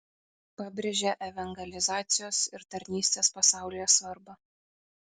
pabrėžia evangelizacijos ir tarnystės pasaulyje svarbą